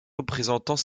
représentant